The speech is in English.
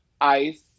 ice